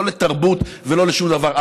לא לתרבות ולא לשום דבר,